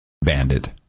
Bandit